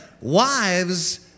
wives